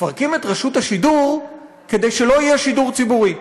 מפרקים את רשות השידור כדי שלא יהיה שידור ציבורי.